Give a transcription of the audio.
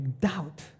doubt